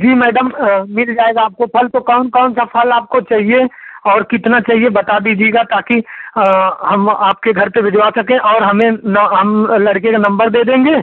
जी madam मिल जाएगा आपको फल तो कौन कौन सा फल आपको चाहिए और कितना चाहिए बता दीजिएगा ताकि हम आपके घर पर भिजवा सकें और हमें हम लड़के का नम्बर दे देंगे